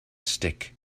stick